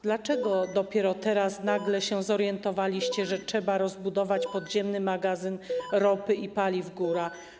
Dlaczego dopiero teraz, nagle zorientowaliście się, że trzeba rozbudować Podziemny Magazyn Ropy i Paliw Góra?